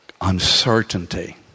uncertainty